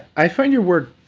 i find your work